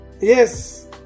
Yes